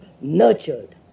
nurtured